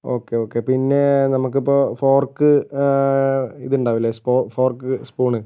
okay okay പിന്നേ നമുക്കിപ്പോൾ fork ഇതിലുണ്ടാകില്ലെ സ്പോ ഫോർക്ക് സ്പൂണ്